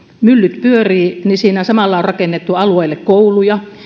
myllyt pyörivät niin siinä samalla on rakennettu alueelle kouluja